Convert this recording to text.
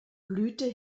blüte